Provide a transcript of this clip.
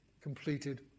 completed